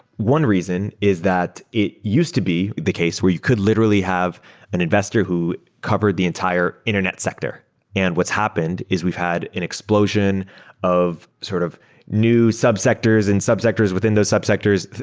one reason is that it used to be the case where you could literally have an investor who covered the entire internet sector and what's happened is we've had an explosion of sort of new subsectors and subsectors within those subsectors,